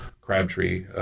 Crabtree